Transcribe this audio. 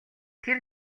тэр